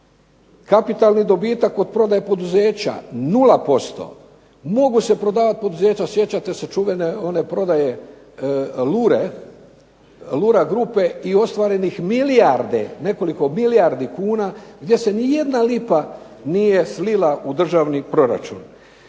Kapitalni dobitak od prodaje poduzeća nula posto. Mogu se prodavati poduzeća, sjećate se one čuvene prodaje Lure, Lura grupe i ostvarenih milijarde nekoliko milijardi kuna gdje se nijedna lipa nije slila u držani proračun.